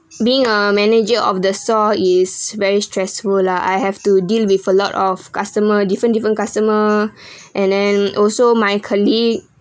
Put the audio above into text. being a manager of the store is very stressful lah I have to deal with a lot of customer different different customer and then also my colleague